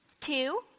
two